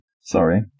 sorry